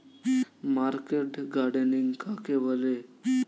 Market gardening কাকে বলে?